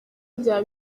byaba